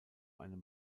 einem